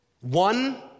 One